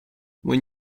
when